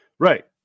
Right